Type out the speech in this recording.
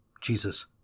Jesus